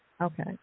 Okay